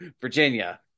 virginia